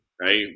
right